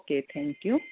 કે થેંક્યું